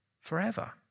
forever